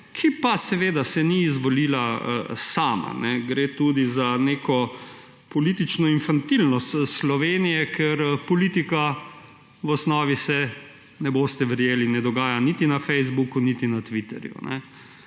ki pa se seveda ni izvolila sama. Gre tudi za neko politično infantilnost Slovenije, ker se politika v osnovi, ne boste verjeli, ne dogaja niti na Facebooku niti na Twitterju.